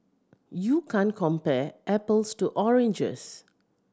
you can't compare apples to oranges